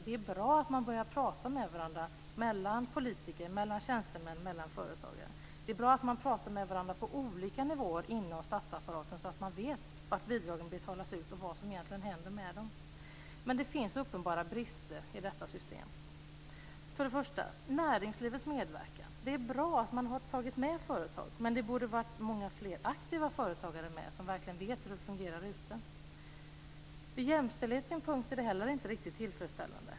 Det är bra att man börjar prata med varandra politiker, tjänstemän och företagare emellan. Det är bra att man pratar med varandra på olika nivåer inom statsapparaten, så att man vet var bidragen betalas ut och vad som egentligen händer med dem, men det finns uppenbara brister i detta system. Det gäller bl.a. näringslivets medverkan. Det är bra att man har tagit med företag, men många fler aktiva företagare som verkligen vet hur det fungerar ute borde ha varit med. Ur jämställdhetssynpunkt är det inte heller riktigt tillfredsställande.